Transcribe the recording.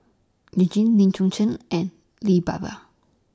YOU Jin Lee Choon Seng and Lee Bee Wah